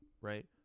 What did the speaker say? right